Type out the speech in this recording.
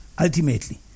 Ultimately